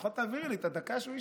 לפחות תעבירי לי את הדקה שהוא השאיר?